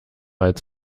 als